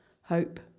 hope